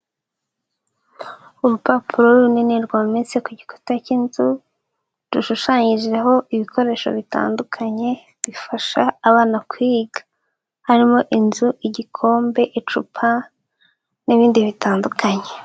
Urupapuro runini rwometse ku gikuta cy'inzu, rushushanyijeho ibikoresho bitandukanye bifasha abana kwiga. Harimo inzu, igikombe, icupa n'ibindi bitandukanye.